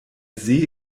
see